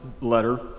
letter